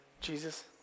Jesus